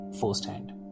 firsthand